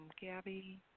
Gabby